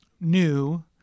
new